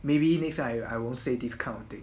maybe next one I won't say this kind of thing